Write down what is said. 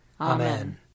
Amen